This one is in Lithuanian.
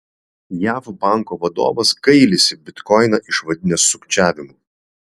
jav banko vadovas gailisi bitkoiną išvadinęs sukčiavimu